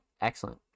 Excellent